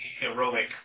heroic